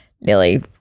nearly